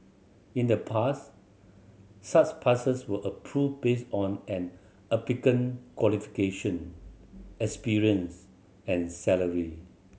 in the past such passes were approved based on an applicant qualification experience and salary